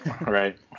Right